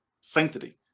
sanctity